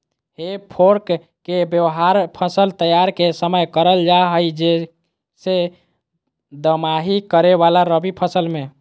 हे फोर्क के व्यवहार फसल तैयारी के समय करल जा हई, जैसे दमाही करे वाला रवि फसल मे